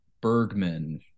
bergman